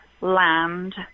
land